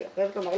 אני חייבת לומר,